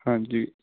ਹਾਂਜੀ